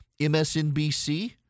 MSNBC